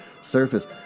surface